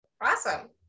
Awesome